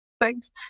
Thanks